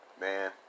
Man